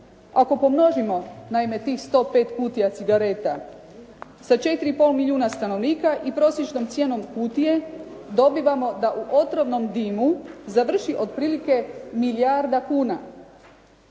Ako pomnožimo naime tih 105 kutija cigareta sa 4 i pol milijuna stanovnika i prosječnom cijenom kutije dobivamo da u otrovnom dimu završi otprilike milijarda kuna.